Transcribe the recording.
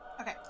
Okay